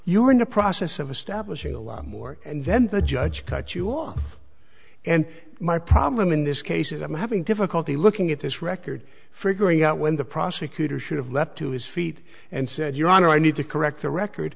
you're in the process of establishing a lot more and then the judge cut you off and my problem in this case is i'm having difficulty looking at this record figuring out when the prosecutor should have leaped to his feet and said your honor i need to correct the record